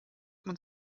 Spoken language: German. man